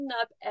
up